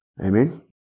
Amen